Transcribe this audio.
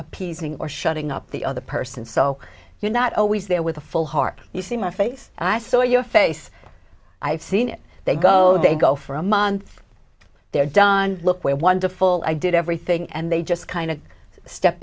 appeasing or shutting up the other person so you're not always there with a full heart you see my face i saw your face i've seen it they go they go for a month they're done look where wonderful i did everything and they just kind of step